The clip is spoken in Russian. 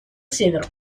север